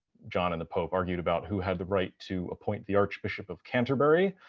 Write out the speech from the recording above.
john and the pope argued about who had the right to appoint the archbishop of canterbury,